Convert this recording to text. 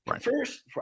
First